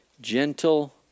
gentle